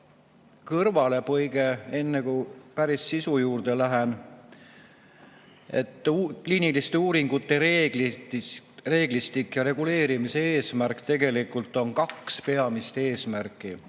kõrvalepõige, enne kui päris sisu juurde lähen. Kliiniliste uuringute reeglistik ja reguleerimise eesmärk, tegelikult on kaks peamist eesmärki.